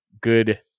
good